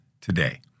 today